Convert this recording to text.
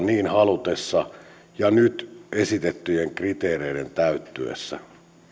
niin halutessa ja nyt esitettyjen kriteereiden täyttyessä